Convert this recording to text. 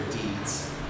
deeds